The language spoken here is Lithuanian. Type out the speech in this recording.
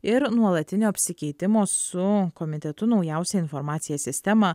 ir nuolatinio apsikeitimo su komitetu naujausia informacija sistema